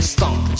Stomp